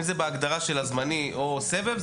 אם זה בהגדרה של הזמני או סבב,